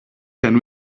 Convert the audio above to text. can